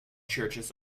churches